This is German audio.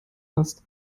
hast